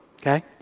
Okay